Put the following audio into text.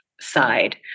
side